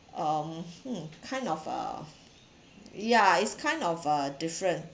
um hmm kind of uh yeah it's kind of uh different